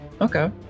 Okay